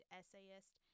essayist